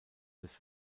des